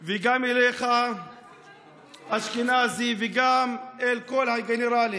וגם אליך אשכנזי, וגם אל כל הגנרלים: